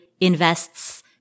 invests